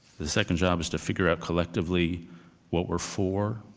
the second job is to figure out collectively what we're for,